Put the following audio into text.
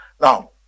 Now